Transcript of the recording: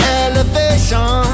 elevation